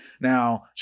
Now